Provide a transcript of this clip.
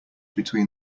between